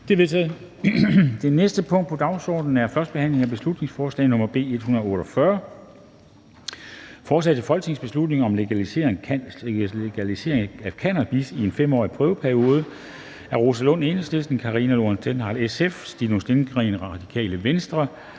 Det er vedtaget. --- Det næste punkt på dagsordenen er: 15) 1. behandling af beslutningsforslag nr. B 146: Forslag til folketingsbeslutning om at legalisere cannabis i en 5-årig prøveperiode. Af Rosa Lund (EL), Karina Lorentzen Dehnhardt (SF), Stinus Lindgreen (RV), Alex Vanopslagh